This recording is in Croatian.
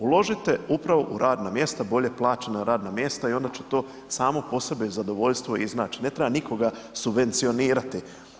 Uložite upravo u radna mjesta, bolje plaćena radna mjesta i onda će to samo po sebi zadovoljstvo iznać, ne treba nikoga subvencionirati.